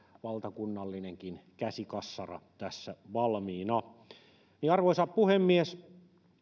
valtakunnallinenkin käsikassara tässä valmiina arvoisa puhemies